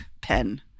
pen